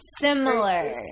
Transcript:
similar